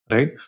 Right